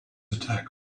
attack